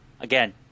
again